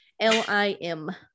l-i-m